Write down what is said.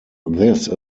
this